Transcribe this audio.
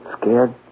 Scared